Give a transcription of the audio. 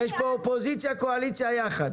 יש פה אופוזיציה קואליציה יחד.